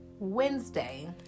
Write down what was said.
wednesday